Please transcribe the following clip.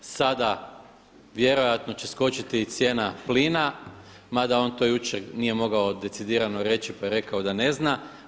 Sada vjerojatno će skočiti i cijena plina mada on to jučer nije mogao decidirano reći, pa je rekao da ne zna.